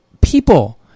people